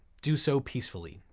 do so peacefully.